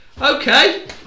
Okay